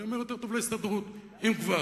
אני אומר: יותר טוב להסתדרות, אם כבר,